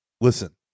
listen